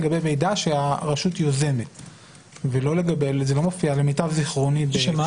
לגבי מידע שהרשות יוזמת ולמיטב זכרוני זה לא מופיע...